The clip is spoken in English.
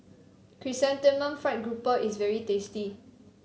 Chrysanthemum Fried Grouper is very tasty